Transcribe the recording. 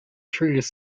trees